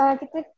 kita